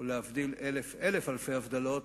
ולהבדיל אלף-אלף אלפי הבדלות,